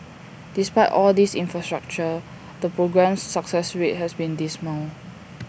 despite all this infrastructure the programme's success rate has been dismal